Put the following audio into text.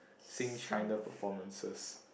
Sing-China performances